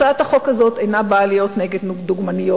הצעת החוק הזאת אינה באה נגד דוגמניות,